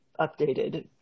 updated